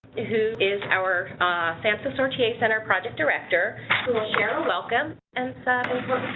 who is our samhsa soar ta center project director, who will share a welcome and some and